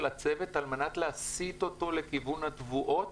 הצוות על מנת להסיט אותו לכיוון התבואות